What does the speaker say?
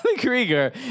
Krieger